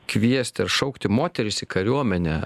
kviesti ar šaukti moteris į kariuomenę